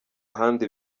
handi